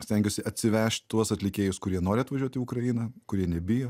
stengiuosi atsivežt tuos atlikėjus kurie nori atvažiuot į ukrainą kurie nebijo